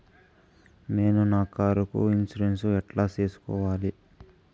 నేను నా కారుకు ఇన్సూరెన్సు ఎట్లా సేసుకోవాలి